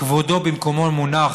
כבודו במקומו מונח,